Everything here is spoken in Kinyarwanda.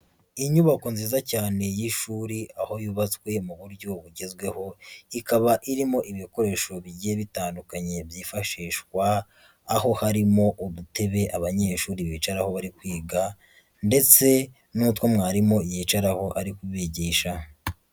Inyubako nziza cyane y'ifu aho yubatswe mu buryo bugezweho, ikaba irimo ibikoresho bigiye bitandukanye byifashishwa, aho harimo udutebe abanyeshuri bicaraho bari kwiga ndetse n'utwo mwarimu yicaraho ari kubigisha.